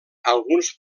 alguns